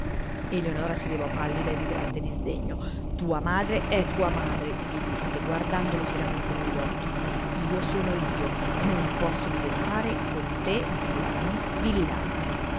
eleonora si levò pallida e vibrante di sdegno tua madre è tua madre gli disse guardandolo fieramente negli occhi io sono io e non posso diventare con te villano villana